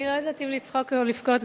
אני לא יודעת אם לצחוק או לבכות,